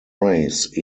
race